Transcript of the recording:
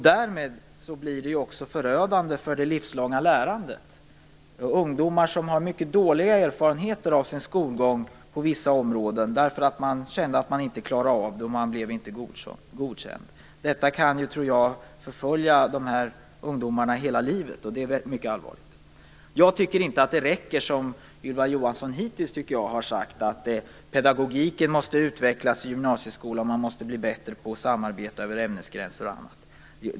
Därmed blir det också förödande för det livslånga lärandet. Om ungdomar har mycket dåliga erfarenheter av sin skolgång på vissa områden - man kände att man inte klarade av det, man blev inte godkänd osv. - tror jag att det kan förfölja dessa ungdomar hela livet, och det är mycket allvarligt. Jag tycker inte att det som Ylva Johansson hittills har sagt räcker, nämligen att pedagogiken måste utvecklas i gymnasieskolan, att man måste bli bättre på att samarbeta över ämnesgränser och annat.